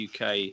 UK